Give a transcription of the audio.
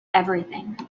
everything